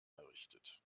errichtet